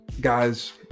guys